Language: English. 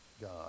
God